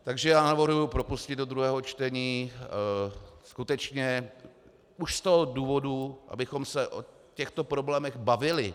Takže já navrhuji propustit do druhého čtení skutečně už z toho důvodu, abychom se o těchto problémech bavili.